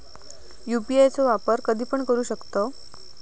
UPI चो वापर कधीपण करू शकतव?